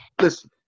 Listen